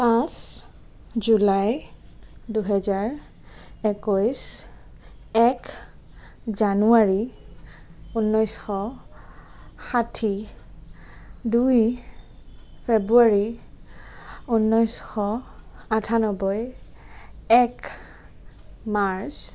পাঁচ জুলাই দুহেজাৰ একৈছ এক জানুৱাৰী ঊনৈছশ ষাঠি দুই ফেব্ৰুৱাৰী ঊনৈছশ আঠান্নব্বৈ এক মাৰ্চ